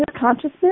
Consciousness